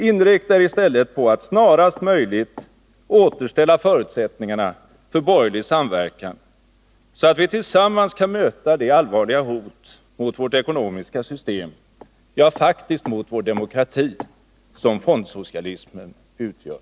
Inrikta er i stället på att snarast möjligt återställa förutsättningarna för borgerlig samverkan, så att vi tillsammans kan möta det allvarliga hot mot vårt ekonomiska system, ja, faktiskt mot vår demokrati, som fondsocialismen utgör!